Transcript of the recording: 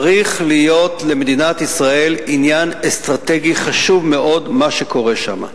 צריך להיות למדינת ישראל עניין אסטרטגי חשוב מאוד מה שקורה שם.